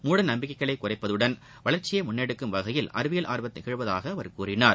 மூடநம்பிக்கைகளைக் குறைப்பதுடன் வளர்ச்சியை முன்னெடுக்கும் வகையில் அறிவியல் ஆர்வம் திகழ்வதாக அவர் கூறினார்